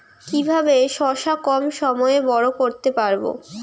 কিভাবে শশা কম সময়ে বড় করতে পারব?